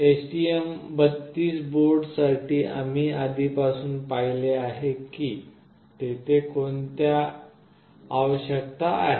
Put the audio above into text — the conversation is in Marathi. STM32 बोर्डासाठी आम्ही आधीपासून पाहिले आहे की तेथे कोणत्या आवश्यकता आहेत